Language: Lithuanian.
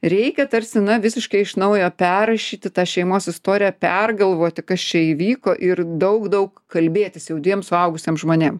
reikia tarsi na visiškai iš naujo perrašyti tą šeimos istoriją pergalvoti kas čia įvyko ir daug daug kalbėtis jau dviem suaugusiems žmonėms